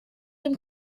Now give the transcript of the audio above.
dem